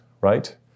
right